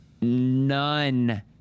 none